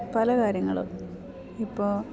പല കാര്യങ്ങളും ഇപ്പോൾ